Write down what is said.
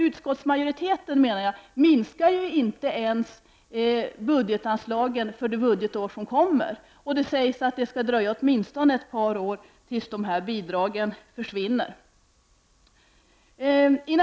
Utskottsmajoriteten minskar inte ens budgetanslagen för det budgetår som kommer. Det sägs att det skall dröja åtminstone ett par år innan dessa bidrag försvinner.